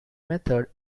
method